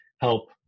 help